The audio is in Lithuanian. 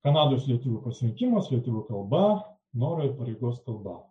kanados lietuvių pasirinkimas lietuvių kalba norai ir pareigos kalba